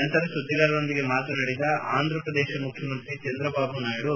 ನಂತರ ಸುದ್ದಿಗಾರರೊಂದಿಗೆ ಮಾತನಾಡಿದ ಆಂಧಪ್ರದೇಶ ಮುಖ್ಯಮಂತ್ರಿ ಚಂದ್ರಬಾಬು ನಾಯ್ದು